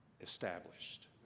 established